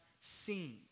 seen